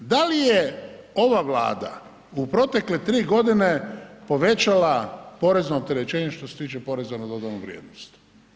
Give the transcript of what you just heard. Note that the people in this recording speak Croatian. Da li je ova Vlada u protekle 3 godine povećala porezno opterećenje što se tiče poreza na dodanu vrijednost.